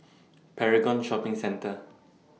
Paragon Shopping Centre